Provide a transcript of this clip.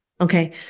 Okay